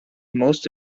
most